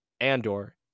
Andor